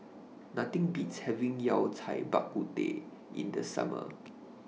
Nothing Beats having Yao Cai Bak Kut Teh in The Summer